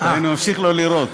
אדוני ממשיך לא לראות.